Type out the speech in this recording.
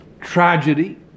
tragedy